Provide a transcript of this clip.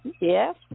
Yes